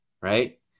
right